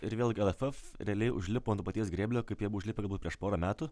ir vėlgi laf realiai užlipo ant to paties grėblio kaip jie užlipo galbūt prieš porą metų